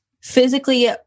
physically